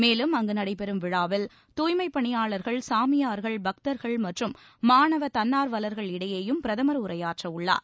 மேலும் அங்கு நடைபெறும் விழாவில் துய்மைப் பணியாளர்கள் சாமியார்கள் பக்தர்கள் மற்றும் மாணவ தன்னார்வலர்கள் இடையேயும் பிரதமர் உரையாற்ற உள்ளார்